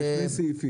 הבנתי.